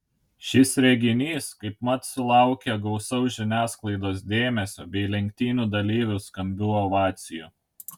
šis reginys kaipmat sulaukė gausaus žiniasklaidos dėmesio bei lenktynių dalyvių skambių ovacijų